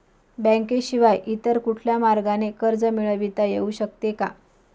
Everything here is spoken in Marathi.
बँकेशिवाय इतर कुठल्या मार्गाने कर्ज मिळविता येऊ शकते का?